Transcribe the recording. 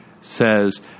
says